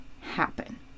happen